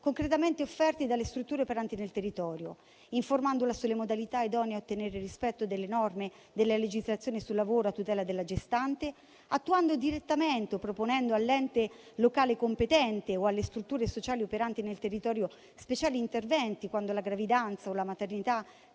concretamente offerti dalle strutture operanti nel territorio; b) informandola sulle modalità idonee a ottenere il rispetto delle norme della legislazione sul lavoro a tutela della gestante; c) attuando direttamente o proponendo all'ente locale competente o alle strutture sociali operanti nel territorio speciali interventi, quando la gravidanza o la maternità